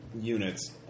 units